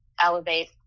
elevate